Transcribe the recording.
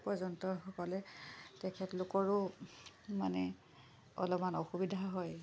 পৰ্যটকসকলে তেখেতলোকৰো মানে অলমান অসুবিধা হয়